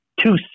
two